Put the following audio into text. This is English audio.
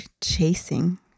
chasing